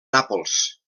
nàpols